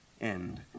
end